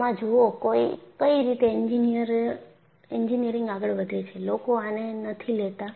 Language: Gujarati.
આમાં જુઓ કઈ રીતે એન્જિનિયરિંગ આગળ વધે છે લોકો આને નથી લેતા